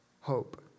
hope